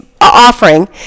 offering